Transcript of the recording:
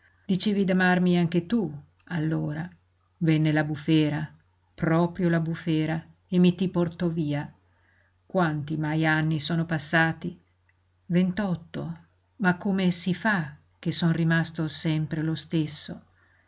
e quanto dicevi d'amarmi anche tu allora venne la bufera proprio la bufera e mi ti portò via quanti mai anni sono passati vent'otto ma come si fa che son rimasto sempre lo stesso